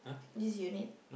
this unit